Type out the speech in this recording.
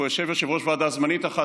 ויושב פה יושב-ראש ועדה זמנית אחת,